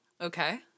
okay